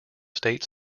state